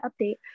update